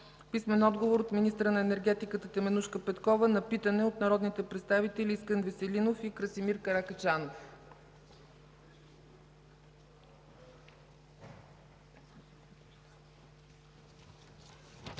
Илиан Тодоров; - министъра на енергетиката Теменужка Петкова на питане от народните представители Искрен Веселинов и Красимир Каракачанов.